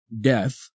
Death